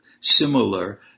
similar